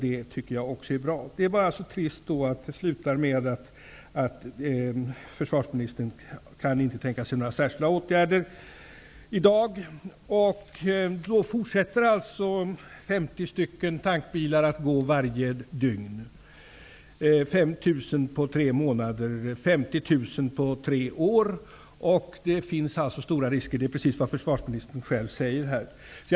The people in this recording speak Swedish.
Det är bara trist att svaret slutar med att försvarsministern inte kan tänka sig några särskilda åtgärder i dag. Så fortsätter alltså 50 tankbilar att rulla varje dygn. Det blir 5 000 på tre månader och 50 000 på tre år. Precis som försvarsministern själv säger finns det stora risker.